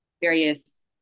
various